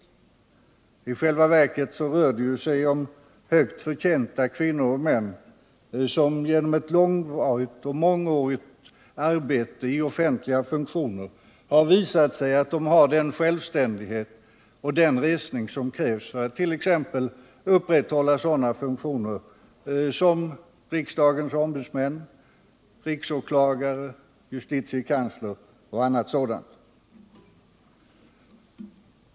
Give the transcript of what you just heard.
I själva verket rör det sig ju om högt förtjänta kvinnor och män som genom långvarigt och mångårigt arbete i offentliga funktioner visat att de har den självständighet och den resning som krävs för att upprätthålla t.ex. sådana funktioner som riksdagens ombudsmän, riksåklagare och justitiekansler.